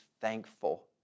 thankful